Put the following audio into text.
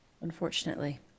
Unfortunately